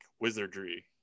wizardry